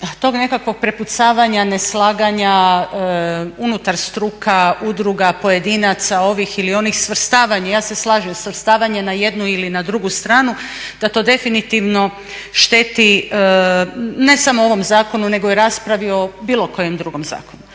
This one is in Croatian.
tog nekakvog prepucavanja, neslaganja unutar struka, udruga, pojedinaca, ovih ili onih, svrstavanje. Ja se slažem svrstavanje na jednu ili na drugu stranu, da to definitivno šteti ne samo ovom zakonu nego i raspravi o bilo kojem drugom zakonu.